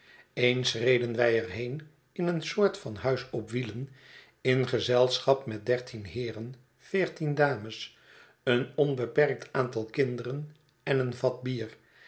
eens reden wij er heen in een soort van hui's op wielen in gezelschap met dertien heeren veertien dames een onbeperkt aantal kinderen en een vat bier